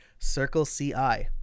CircleCI